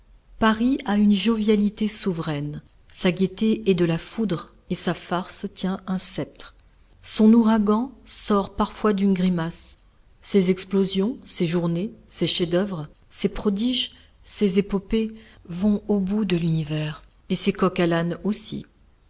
paris a une jovialité souveraine sa gaîté est de la foudre et sa farce tient un sceptre son ouragan sort parfois d'une grimace ses explosions ses journées ses chefs-d'oeuvre ses prodiges ses épopées vont au bout de l'univers et ses coq-à-l'âne aussi